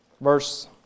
verse